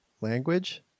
language